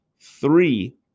three